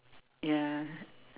ya